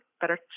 better